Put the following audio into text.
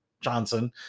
Johnson